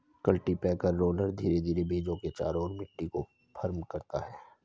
cultipacker roller धीरे धीरे बीजों के चारों ओर मिट्टी को फर्म करता है